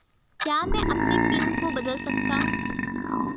क्या मैं अपने पिन को बदल सकता हूँ?